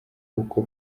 uko